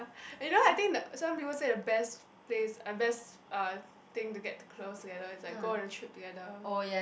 you know I think that some people say the best place uh best uh thing to get to close together is like go on trip together